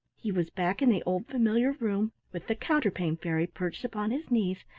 he was back in the old familiar room with the counterpane fairy perched upon his knees,